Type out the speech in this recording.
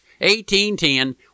1810